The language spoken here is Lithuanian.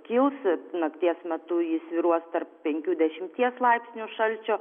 kils nakties metu ji svyruos tarp penkių dešimties laipsnių šalčio